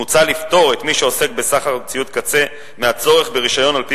מוצע לפטור את מי שעוסק בסחר בציוד קצה מהצורך ברשיון על-פי